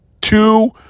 two